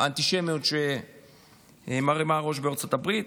אנטישמיות שמרימה ראש בארצות הברית,